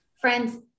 friends